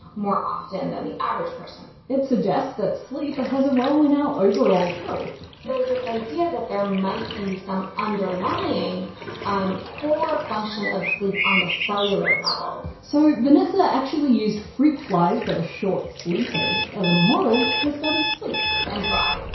more often than the average person. it suggests that but sleep has a role in our overall health. there's this idea that there might be some underlying um core function of sleep on the cellular level. so vanessa actually used fruit flies that are short sleepers as a model to study sleep. and so i